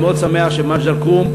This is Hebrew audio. אני מאוד שמח שמג'ד-אלכרום,